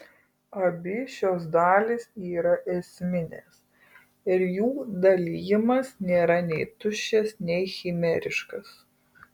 abi šios dalys yra esminės ir jų dalijimas nėra nei tuščias nei chimeriškas